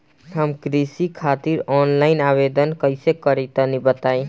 हम कृषि खातिर आनलाइन आवेदन कइसे करि तनि बताई?